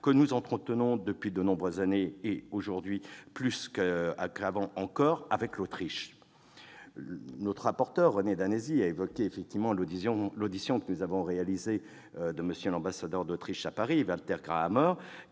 que nous entretenons depuis de nombreuses années, et aujourd'hui plus que jamais, avec l'Autriche. Notre rapporteur, René Danesi, a évoqué l'audition que nous avons réalisée de l'ambassadeur d'Autriche à Paris, M. Walter Grahammer.